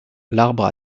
l’arbre